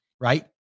right